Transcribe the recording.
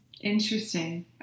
interesting